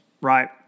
right